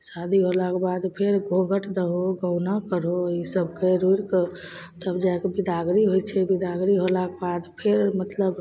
शादी होलाके बाद फेर घोघट दहो गौना करहो ईसब करि उरिके तब जैके बिदागरी होइ छै बिदागरी होलाके बाद फेर मतलब